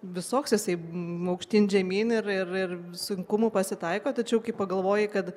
visoks jisai aukštyn žemyn ir ir sunkumų pasitaiko tačiau kai pagalvoji kad